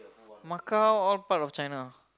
Macau all part of China